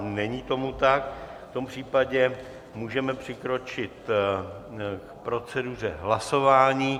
Není tomu tak, v tom případě můžeme přikročit k proceduře hlasování.